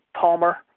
Palmer